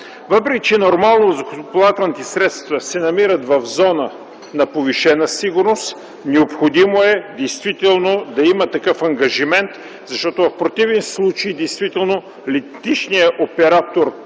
Въпреки че е нормално въздухоплавателните средства да се намират в зона на повишена сигурност, необходимо е да има такъв ангажимент, защото в противен случай действително